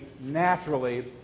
naturally